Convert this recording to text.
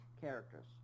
characters